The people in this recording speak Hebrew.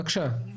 שלום.